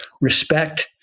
respect